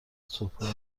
صبحونه